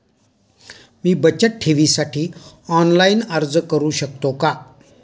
मी बचत ठेवीसाठी ऑनलाइन अर्ज करू शकतो का?